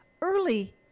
early